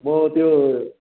म त्यो